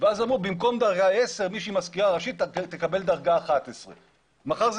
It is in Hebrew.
ואז אמרו במקום דרגה 10 מי שהיא מזכירה ראשית תקבל דרגה 11. מחר זה